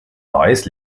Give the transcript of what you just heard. neues